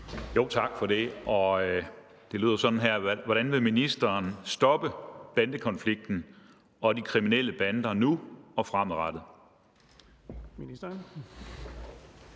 Tak for det. Det lyder sådan her: Hvordan vil ministeren stoppe bandekonflikten og de kriminelle bander nu og fremadrettet?